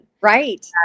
Right